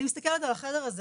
זה מתחיל שם וזה נגמר שם,